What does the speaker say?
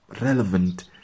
relevant